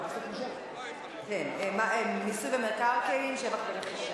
המחאה החברתית התפרצה בישראל על רקע מחירי הדיור המופרזים וחוסר